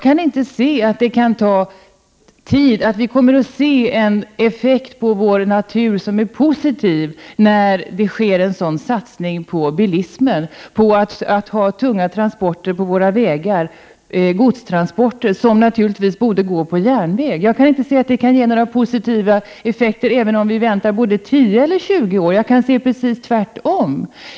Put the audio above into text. Vi kommer inte att se en effekt på vår natur som är positiv, när det sker en stor satsning på bilismen, på att ha tunga transporter på våra vägar —- godstransporter söm naturligtvis borde gå på järnväg. Jag kan inte se att det kan ge några positiva effekter, även om vi väntar både tio och tjugo år.